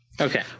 Okay